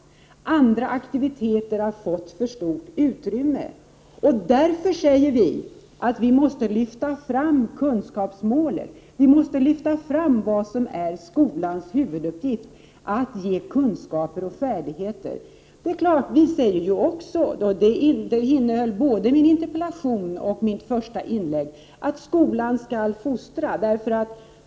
Andra aktiviteter har fått för stort utrymme. Därför säger vi att vi måste lyfta fram kunskapsmålen. Vi måste lyfta fram det som är skolans huvuduppgift, att ge kunskaper och färdigheter. Vi säger naturligtvis också — det säger jag i min interpellation och sade i mitt första inlägg — att skolan skall fostra.